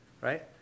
right